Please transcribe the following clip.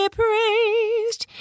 praised